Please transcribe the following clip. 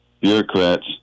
bureaucrats